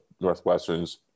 Northwestern's